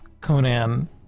Conan